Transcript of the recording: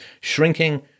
shrinking